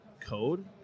code